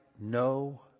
no